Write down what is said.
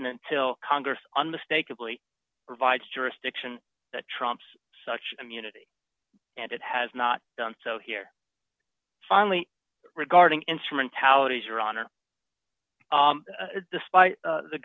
and until congress on mistakenly provides jurisdiction that trumps such immunity and it has not done so here finally regarding instrumentalities your honor despite the